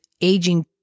aging